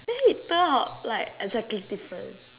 then it turn out like exactly different